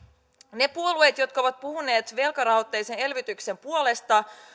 ne puolueet jotka ovat puhuneet velkarahoitteisen elvytyksen puolesta